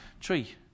Tree